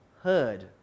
heard